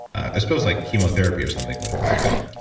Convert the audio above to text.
i suppose like chemotherapy, or something, would affect them?